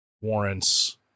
warrants